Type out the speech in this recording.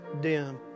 dim